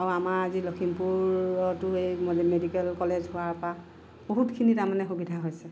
আৰু আমাৰ আজি লক্ষিমপুৰতো এই মেডিকেল কলেজ হোৱাৰ পৰা বহুতখিনি তাৰমানে সুবিধা হৈছে